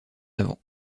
avant